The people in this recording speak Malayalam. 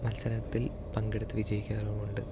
മത്സരത്തിൽ പങ്കെടുത്ത് വിജയിക്കാറുമുണ്ട്